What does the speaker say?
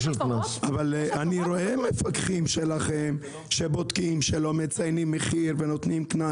אבל אני רואה פקחים שלכם שרואים שלא מציינים מחיר ונותנים קנס.